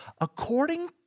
According